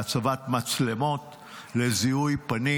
בהצבת מצלמות לזיהוי פנים.